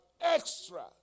extra